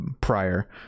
prior